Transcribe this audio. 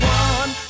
one